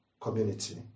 community